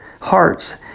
hearts